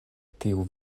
tiu